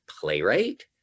playwright